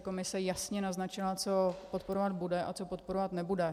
Komise jasně naznačila, co podporovat bude a co podporovat nebude.